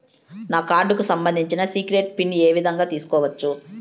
నా కార్డుకు సంబంధించిన సీక్రెట్ పిన్ ఏ విధంగా తీసుకోవచ్చు?